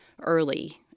early